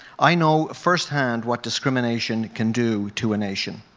i know firsthand what discrimination can do to a nation.